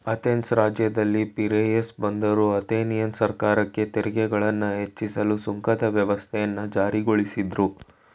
Athens ರಾಜ್ಯದಲ್ಲಿ Piraeus ಬಂದರು Athenian ಸರ್ಕಾರಕ್ಕೆ ತೆರಿಗೆಗಳನ್ನ ಹೆಚ್ಚಿಸಲು ಸುಂಕದ ವ್ಯವಸ್ಥೆಯನ್ನ ಜಾರಿಗೊಳಿಸಿದ್ರು